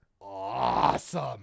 awesome